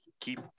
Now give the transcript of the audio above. keep